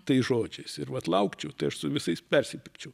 tais žodžiais ir vat laukčiau tai aš su visais persipykčiau